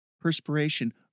Perspiration